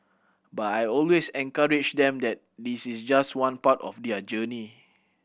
but I always encourage them that this is just one part of their journey